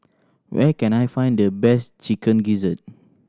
where can I find the best Chicken Gizzard